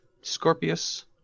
Scorpius